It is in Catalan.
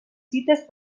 cites